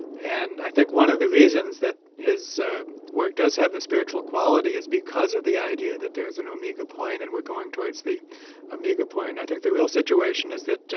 and i think one of the reasons that his work does have the spiritual quality is because of the idea that there is an omega point and we're going towards the omega point. i think the real situation is that,